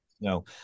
no